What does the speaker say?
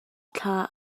thla